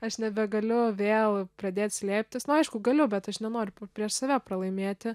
aš nebegaliu vėl pradėt slėptis nu aišku galiu bet aš nenoriu prieš save pralaimėti